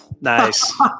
Nice